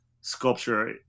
sculpture